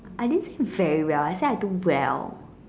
I didn't say very well I said I do well